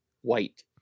white